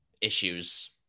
issues